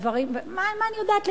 מה אני יודעת,